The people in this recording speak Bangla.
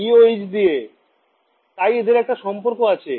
ছাত্র ছাত্রীঃ তাই এদের একটা সম্পর্ক আছে